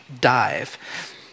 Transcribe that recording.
dive